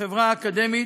בחברה האקדמית,